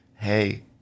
hey